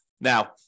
Now